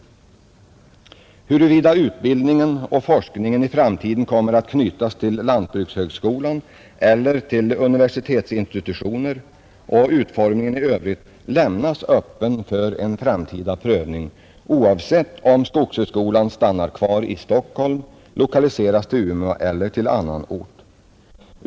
Huruvida utbildningen och forskningen i framtiden kommer att knytas till lantbrukshögskolan eller till universitetsinstitutioner och utformningen i övrigt lämnas öppet för en framtida prövning, oavsett om skogshögskolan stannar kvar i Stockholm eller lokaliseras till Umeå eller till annan ort.